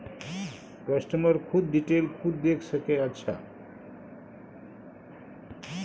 customer खुद detail खुद देख सके अच्छा